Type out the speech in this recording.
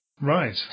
Right